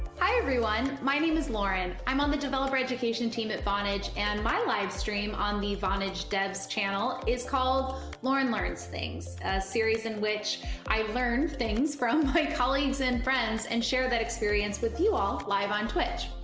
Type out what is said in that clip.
hi, everyone, my name is lauren. i'm on the developer education team at vonage and my live stream on the vonage devs channel is called lauren learns things, a series in which i learn things from my colleagues and friends and share that experience with you all live on twitch.